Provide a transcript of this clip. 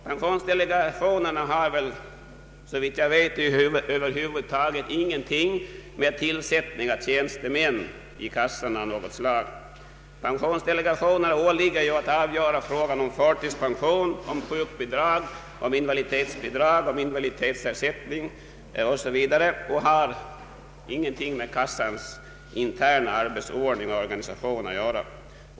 Pensionsdelegationerna har såvitt jag vet över huvud taget ingenting att göra med tillsättande av tjänstemän av något slag. Dessa delegationer åligger det att avgöra frågor om förtidspension, sjukbidrag, invaliditetstillägg samt invaliditetsersättning, och de har såvitt jag kan förstå inte något med kassans interna arbetsordning och organisation att göra.